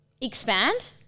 expand